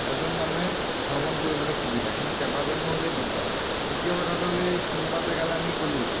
এজন মানুহে ভ্ৰমণ কৰিবলৈ সুবিধা কিন্তু কেইবাজনো হ'লে দিগদাৰ দ্বিতীয় কথাটো হ'ল এই কোনোবা জেগালৈ আমি গ'লোঁ